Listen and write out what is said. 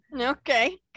Okay